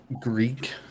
Greek